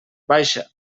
baixa